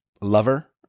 lover